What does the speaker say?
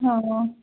ହଁ